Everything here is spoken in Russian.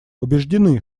убеждены